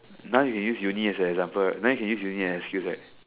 now you can use uni as an example right now you can use uni as an excuse right